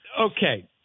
okay